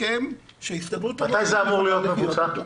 מתי זה אמור להיות מבוצע?